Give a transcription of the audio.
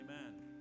amen